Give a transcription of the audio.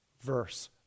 verse